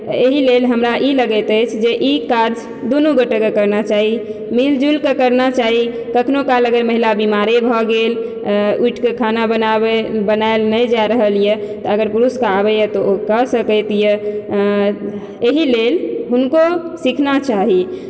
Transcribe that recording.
एहि लेल हमरा ई लगैत अछि जे ई काज दुनू गोटेके करना चाही मिल जुलिकऽ करना चाही कखनो काल अगर महिला बीमारे भऽ गेल उठिकऽ खाना बनाबै बनायल नहि जाय रहलए तऽ अगर पुरुषकऽ आबयए तऽ ओ कऽ सकैतए एहि लेल हुनको सीखना चाही